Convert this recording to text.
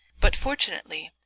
but, fortunately,